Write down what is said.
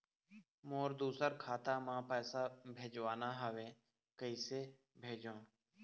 मोर दुसर खाता मा पैसा भेजवाना हवे, कइसे भेजों?